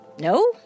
No